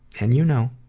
and, you know,